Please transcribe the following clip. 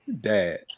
dad